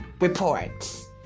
reports